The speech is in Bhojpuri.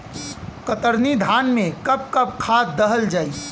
कतरनी धान में कब कब खाद दहल जाई?